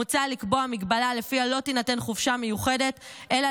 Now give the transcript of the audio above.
מוצע לקבוע מגבלה שלפיה לא תינתן חופשה מיוחדת אלא